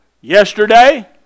yesterday